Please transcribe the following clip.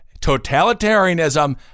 totalitarianism